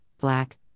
black